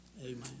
Amen